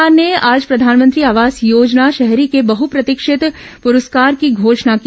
केन्द्र सरकार ने आज प्रधानमंत्री आवास योजना शहरी के बहुप्रतीक्षित पुरस्कार की घोषणा की